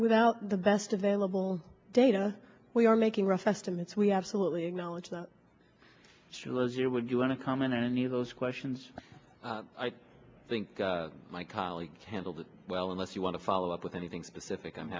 without the best available data we are making rough estimates we absolutely acknowledge that she was you would you want to comment on any of those questions i think my colleague handled it well unless you want to follow up with anything specific i'm